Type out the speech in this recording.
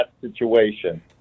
situation